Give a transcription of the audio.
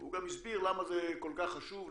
הוא גם הסביר למה זה כל כך חשוב,